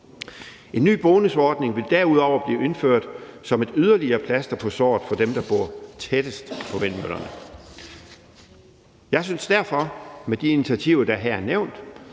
En ny bonusordning vil derudover blive indført som et yderligere plaster på såret for dem, der bor tættest på vindmøllerne. Jeg synes derfor, at der med de initiativer, der her nævnt,